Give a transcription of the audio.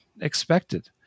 expected